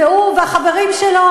הוא והחברים שלו,